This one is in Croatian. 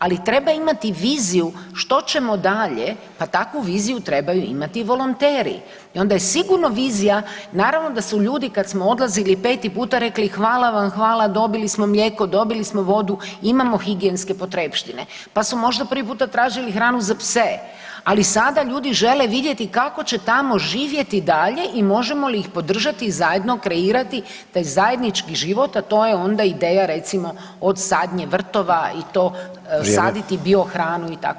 Ali treba imati viziju što ćemo dalje pa takvu viziju trebaju imati i volonteri i onda je sigurno vizija, naravno da su ljudi kad smo odlazili peti puta rekli hvala vam, hvala dobili smo mlijeko, dobili smo vodu, imamo higijenske potrepštine, pa su možda prvi puta tražili hranu za pse, ali sada ljudi žele vidjeti kako će tamo živjeti dalje i možemo li ih podržati i zajedno kreirati taj zajednički život, a to je onda ideja recimo od sadnje vrtova i to, saditi biohranu [[Upadica Sanader: vrijeme.]] itd.